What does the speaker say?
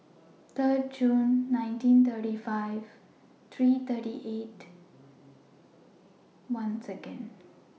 Third Jun nineteen thirty five three thirty eight once again